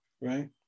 right